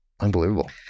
unbelievable